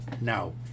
no